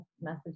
message